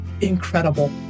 incredible